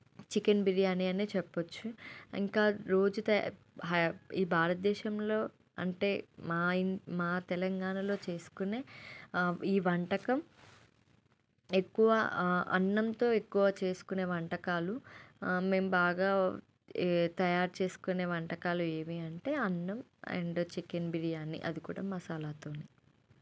chicken biryani అనే చెప్పవచ్చు ఇంకా రోజు తయా హైయ ఈ భారతదేశంలో అంటే మా ఇన్ మా తెలంగాణలో చేసుకొనే ఈ వంటకం ఎక్కువ అన్నంతో ఎక్కువ చేసుకునే వంటకాలు మేము బాగా తయారు చేసుకునే వంటకాలు ఏవి అంటే అన్నం అండ్ చికెన్ బిర్యాని అది కూడా మసాలాతోని